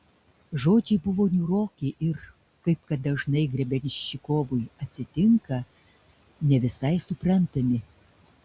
žodžiai buvo niūroki ir kaip kad dažnai grebenščikovui atsitinka ne visai suprantami